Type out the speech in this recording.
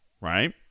right